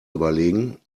überlegen